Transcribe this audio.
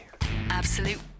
Absolute